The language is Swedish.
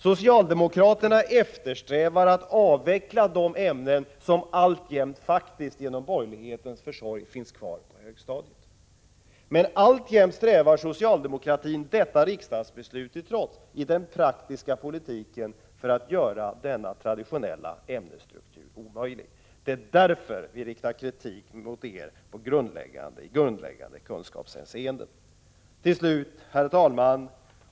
Socialdemokraterna eftersträvar att avveckla de ämnen som genom borgerlighetens försorg faktiskt alltjämt finns kvar på högstadiet. Fortfarande strävar socialdemokratin, detta riksdagsbeslut till trots, i den praktiska politiken efter att göra denna traditionella ämnesstruktur omöjlig. Det är därför vi riktar kritik mot er i grundläggande kunskapshänseende. Herr talman!